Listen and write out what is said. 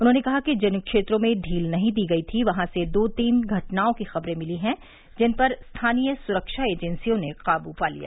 उन्होंने कहा कि जिन क्षेत्रों में ढील नहीं दी गई थी वहां से दो तीन घटनाओं की खबरें मिली हैं जिन पर स्थानीय सुरक्षा एजेंसियों ने काबू पा लिया